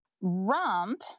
Rump